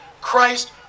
Christ